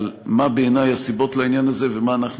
על מה בעיני הסיבות לעניין הזה ומה אנחנו